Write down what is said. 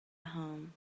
home